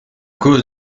causes